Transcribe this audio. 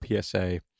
PSA